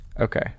Okay